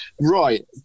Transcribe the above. right